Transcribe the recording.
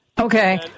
Okay